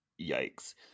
Yikes